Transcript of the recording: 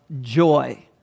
joy